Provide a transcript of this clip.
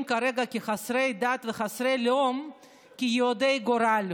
כרגע כחסרי דת וחסרי לאום "יהודי גורל".